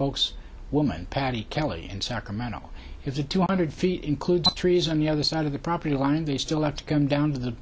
es woman patty kelley in sacramento if the two hundred feet includes trees on the other side of the property line and they still have to come down to the